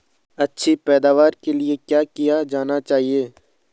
अच्छी पैदावार के लिए क्या किया जाना चाहिए?